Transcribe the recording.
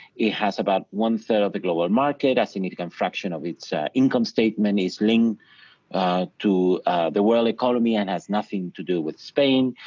it has about one-third of the global market, a significant fraction of its income statement is linked to the world economy and has nothing to do with spain.